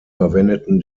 verwendeten